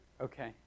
okay